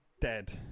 dead